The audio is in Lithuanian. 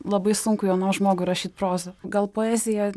labai sunku jaunam žmogui rašyti prozą gal poeziją